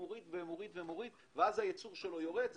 מוריד ומוריד ולכן גם הייצור שלו ירד?